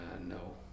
no